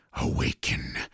Awaken